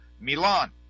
Milan